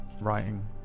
writing